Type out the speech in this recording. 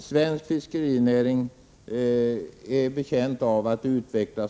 Svensk fiskerinäring är betjänt av att utvecklas.